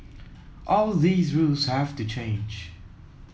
all these rules have to change